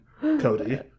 Cody